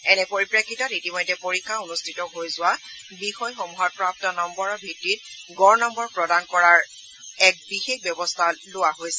এনে পৰিপ্ৰেক্ষিতত ইতিমধ্যে পৰীক্ষা অনুষ্ঠিত হৈ যোৱা বিষয়সমূহত প্ৰাপ্ত নম্বৰৰ ভিত্তিত গড় নম্বৰ প্ৰদান কৰাৰ এক বিশেষ ব্যৱস্থা লোৱা হৈছে